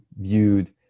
viewed